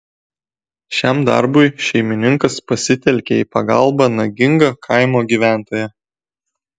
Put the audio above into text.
šiam darbui šeimininkas pasitelkė į pagalbą nagingą kaimo gyventoją